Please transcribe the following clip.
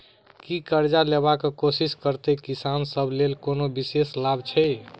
की करजा लेबाक कोशिश करैत किसान सब लेल कोनो विशेष लाभ छै?